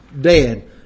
dead